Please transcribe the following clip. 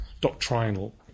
doctrinal